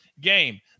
game